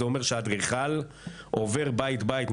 זה אומר שהאדריכל עובר בית-בית,